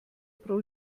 pro